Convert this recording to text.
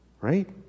right